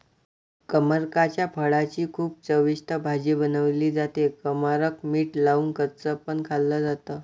कमरकाच्या फळाची खूप चविष्ट भाजी बनवली जाते, कमरक मीठ लावून कच्च पण खाल्ल जात